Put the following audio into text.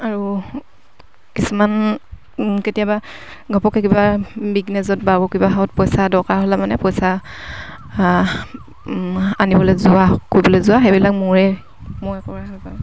আৰু কিছুমান কেতিয়াবা ঘপকে কিবা বিজনেছত বা কিবা হত পইচা দৰকাৰ হ'লে মানে পইচা আনিবলে যোৱা কৰিবলে যোৱা সেইবিলাক